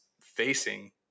facing